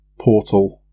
portal